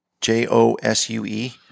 J-O-S-U-E